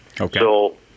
Okay